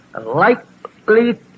likely